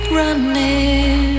running